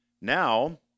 Now